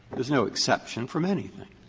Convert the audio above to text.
there's no exception from anything.